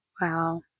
Wow